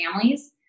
families